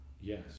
Yes